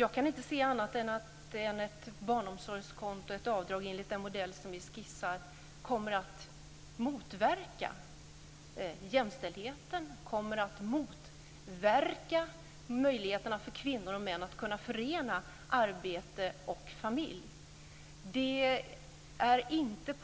Jag kan inte se annat än att ett barnomsorgskonto och ett avdrag enligt den modell som ni skissar kommer att motverka jämställdheten och kommer att motverka möjligheterna för kvinnor och män att förena arbete och familj. Det är inte